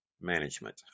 management